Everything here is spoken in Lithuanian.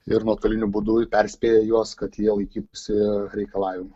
ir nuotoliniu būdu perspėja juos kad jie laikytųsi reikalavimų